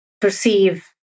perceive